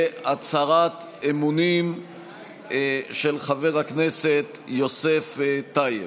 להצהרת אמונים של חבר הכנסת יוסף טייב.